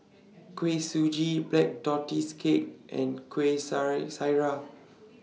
Kuih Suji Black Tortoise Cake and Kueh Syara